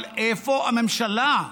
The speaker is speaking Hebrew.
אבל איפה הממשלה?